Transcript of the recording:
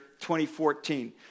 2014